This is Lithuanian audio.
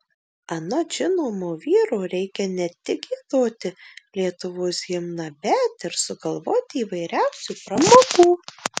anot žinomo vyro reikia ne tik giedoti lietuvos himną bet ir sugalvoti įvairiausių pramogų